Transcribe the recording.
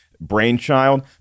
brainchild